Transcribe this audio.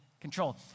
control